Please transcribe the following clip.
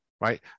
right